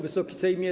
Wysoki Sejmie!